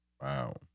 Wow